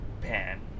pan